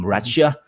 Russia